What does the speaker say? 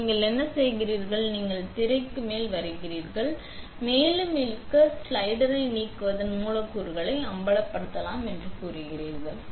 எனவே நீங்கள் என்ன செய்கிறீர்கள் நீங்கள் திரையில் வருகிறீர்கள் மேலும் இழுக்க ஸ்லைடரை நீக்குவதன் மூலக்கூறுகளை அம்பலப்படுத்தலாம் என்று கூறுவீர்கள்